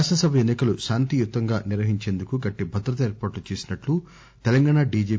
శాసనసభ ఎన్ని కలు శాంతియుతంగా నిర్వహించేందుకు గట్టి భద్రతా ఏర్పాట్లు చేసినట్లు తెలంగాణా ఎం